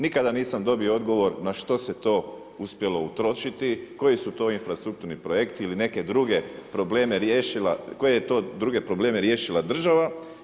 Nikada nisam dobio odgovor na što se to uspjelo utrošiti, koji su to infrastrukturni projekti ili neke druge probleme riješila, koje je to druge probleme riješila država.